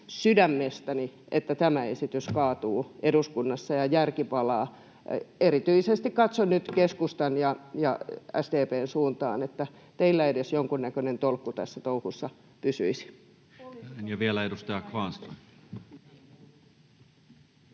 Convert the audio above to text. sydämestäni, että tämä esitys kaatuu eduskunnassa ja järki palaa. Erityisesti katson nyt keskustan ja SDP:n suuntaan, että teillä edes jonkunnäköinen tolkku tässä touhussa pysyisi. [Speech 108] Speaker: